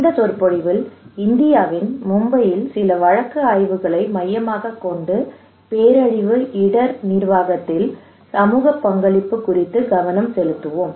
இந்த சொற்பொழிவில் இந்தியாவின் மும்பையில் சில வழக்கு ஆய்வுகளை மையமாகக் கொண்டு பேரழிவு இடர் நிர்வாகத்தில் சமூக பங்களிப்பு குறித்து கவனம் செலுத்துவேன்